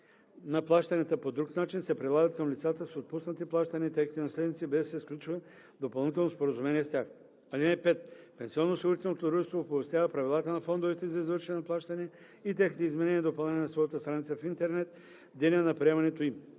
на плащанията по друг начин, се прилагат към лицата с отпуснати плащания и техните наследници, без да се сключва допълнително споразумение с тях. (5) Пенсионноосигурителното дружество оповестява правилата на фондовете за извършване на плащания и техните изменения и допълнения на своята страница в интернет в деня на приемането им.